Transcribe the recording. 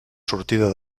sortida